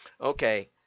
Okay